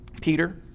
Peter